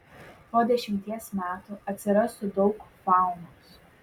po dešimties metų atsirastų daug faunos